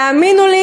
והאמינו לי,